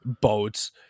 Boats